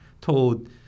told